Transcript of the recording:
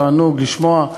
תענוג לשמוע,